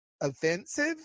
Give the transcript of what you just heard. offensive